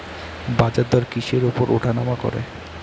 বাজারদর কিসের উপর উঠানামা করে?